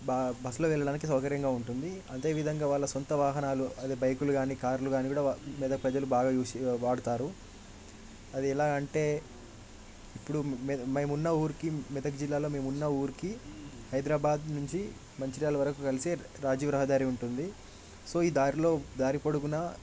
బ బస్లో వెళ్లడానికి సౌకర్యంగా ఉంటుంది అదేవిధంగా వాళ్ళ సొంత వాహనాలు అదే బైక్లు కాని కార్లు కాని కూడా మెదక్ ప్రజలు బాగా యూస్ వాడుతారు అది ఎలాగ అంటే ఇప్పుడు మె మేమున్న ఊరికి మెదక్ జిల్లాలో మేమున్న ఊరికి హైదరాబాద్ నుంచి మంచిర్యాల వారకి కలిసే రాజీవ్ రహదారి ఉంటుంది సో ఈ దారిలో దారి పొడుగునా